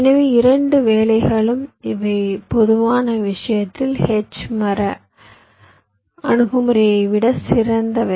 எனவே இரண்டு வேலைகளும் இவை பொதுவான விஷயத்தில் H மர அணுகுமுறையை விட சிறந்தவை